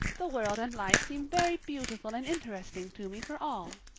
the world and life seem very beautiful and interesting to me for all.